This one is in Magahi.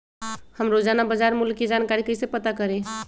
हम रोजाना बाजार मूल्य के जानकारी कईसे पता करी?